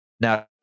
now